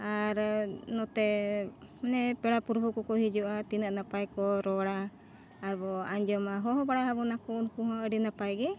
ᱟᱨ ᱱᱚᱛᱮ ᱢᱟᱱᱮ ᱯᱮᱲᱟ ᱯᱩᱨᱵᱷᱩ ᱠᱚᱠᱚ ᱦᱤᱡᱩᱜᱼᱟ ᱛᱤᱱᱟᱹᱜ ᱱᱟᱯᱟᱭ ᱠᱚ ᱨᱚᱲᱟ ᱟᱨ ᱵᱚ ᱟᱸᱡᱚᱢᱟ ᱦᱚᱦᱚ ᱵᱟᱲᱟ ᱟᱵᱚᱱᱟᱠᱚ ᱩᱱᱠᱩ ᱦᱚᱸ ᱟᱹᱰᱤ ᱱᱟᱯᱟᱭ ᱜᱮ